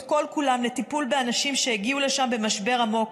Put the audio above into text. כל-כולם לטיפול באנשים שהגיעו לשם במשבר עמוק.